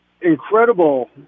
incredible